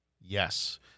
Yes